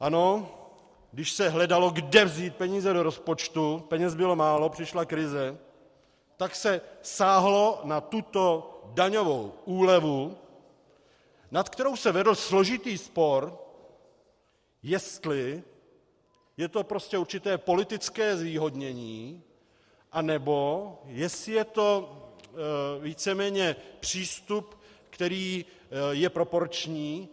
Ano, když se hledalo, kde vzít peníze do rozpočtu, peněz bylo málo, přišla krize, tak se sáhlo na tuto daňovou úlevu, nad kterou se vedl složitý spor, jestli je to určité politické zvýhodnění, anebo jestli je to víceméně přístup, který je proporční.